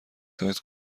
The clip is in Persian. سایز